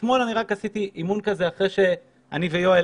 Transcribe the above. אתמול עשיתי אימון כזה אחרי שאני ויואל